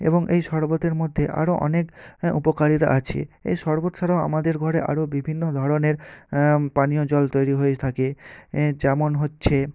এবং এই শরবতের মধ্যে আরও অনেক উপকারিতা আছে এই শরবত ছাড়াও আমাদের ঘরে আরও বিভিন্ন ধরনের পানীয় জল তৈরি হয়ে থাকে যেমন হচ্ছে